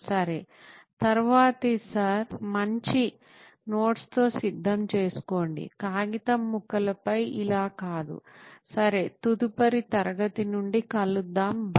సరే తరువాతి సారి మంచి నోట్స్తో సిద్ధం చేసుకోండి కాగితం ముక్కలపై ఇలా కాదుసరే తదుపరి తరగతి నుండి కలుద్దాం బై